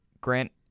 Grant